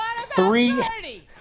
Three